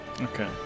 Okay